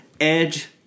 Edge